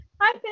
Hi